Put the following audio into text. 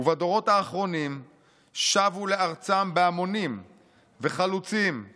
ובדורות האחרונים שבו לארצם בהמונים וחלוצים,